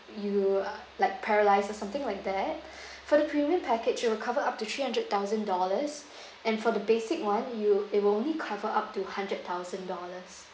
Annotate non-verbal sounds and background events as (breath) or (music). you uh like paralysed or something like that (breath) for the premium package it will cover up to three hundred thousand dollars (breath) and for the basic one you it'll only cover up to hundred thousand dollars